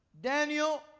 Daniel